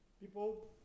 People